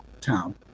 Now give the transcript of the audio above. town